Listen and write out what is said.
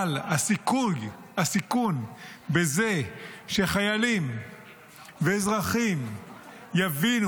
אבל הסיכון בזה שחיילים ואזרחים יבינו